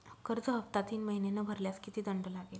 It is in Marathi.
कर्ज हफ्ता तीन महिने न भरल्यास किती दंड लागेल?